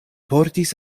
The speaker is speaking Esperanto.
portis